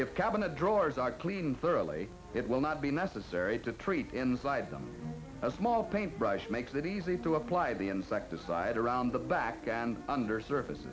if cabinet drawers are clean thoroughly it will not be necessary to treat inside them a small paintbrush makes it easy to apply the insecticide around the back and under surface